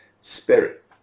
Spirit